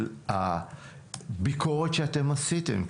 של הביקורת שאתם עשיתם.